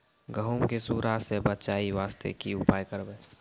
गहूम के सुंडा से बचाई वास्ते की उपाय करबै?